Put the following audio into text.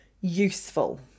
useful